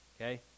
okay